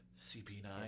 CP9